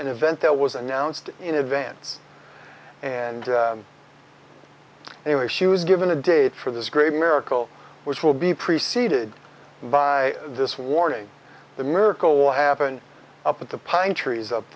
an event that was announced in advance and anyway she was given a date for this great miracle which will be preceded by this warning the miracle will happen up at the pine trees up